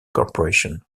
corporation